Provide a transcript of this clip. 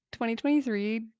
2023